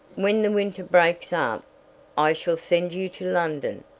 when the winter breaks up i shall send you to london.